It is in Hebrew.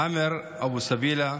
עאמר אבו סבילה,